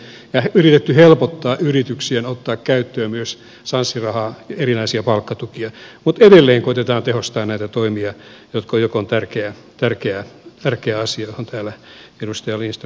on yritetty helpottaa yrityksille ottaa käyttöön myös sanssi rahaa ja erinäisiä palkkatukia mutta edelleen koetetaan tehostaa näitä toimia mikä on tärkeä asia mihin täällä edustaja lindström kiinnitti huomiota